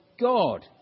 God